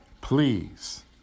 please